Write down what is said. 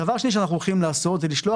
דבר שני שאנחנו הולכים לעשות זה לשלוח